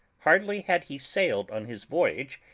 hardly had he sailed on his voyage,